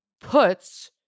puts